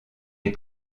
les